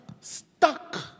stuck